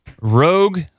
Rogue